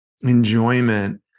enjoyment